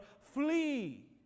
Flee